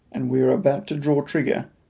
and we were about to draw trigger,